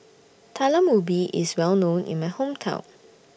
Talam Ubi IS Well known in My Hometown